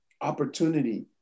opportunity